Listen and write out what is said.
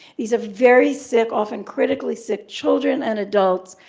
these are very sick, often critically sick children and adults,